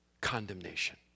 condemnation